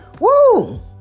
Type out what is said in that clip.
Woo